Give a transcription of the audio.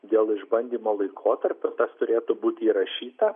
dėl išbandymo laikotarpio tas turėtų būti įrašyta